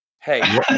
Hey